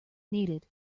needed